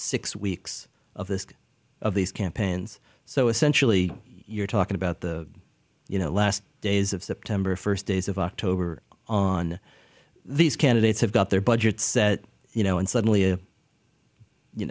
six weeks of this of these campaigns so essentially you're talking about the you know last days of september first days of october on these candidates have got their budgets set you know and suddenly